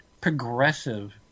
progressive